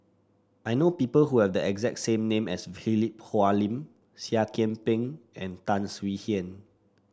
I know people who have the exact same name as Philip Hoalim Seah Kian Peng and Tan Swie Hian